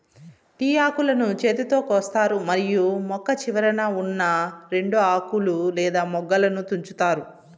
tea ఆకులను చేతితో కోస్తారు మరియు మొక్క చివరన ఉన్నా రెండు ఆకులు లేదా మొగ్గలను తుంచుతారు